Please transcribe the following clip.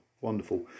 Wonderful